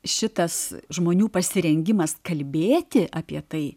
šitas žmonių pasirengimas kalbėti apie tai